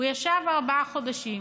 הוא ישב ארבעה חודשים